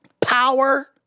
power